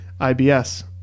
IBS